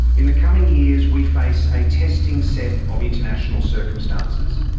in the coming years we face a testing set of international circumstances.